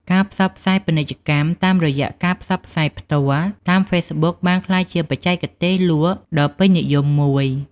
ការផ្សព្វផ្សាយពាណិជ្ជកម្មតាមរយៈការផ្សាយផ្ទាល់ តាមហ្វេសប៊ុកបានក្លាយជាបច្ចេកទេសលក់ដ៏ពេញនិយមមួយ។